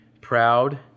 proud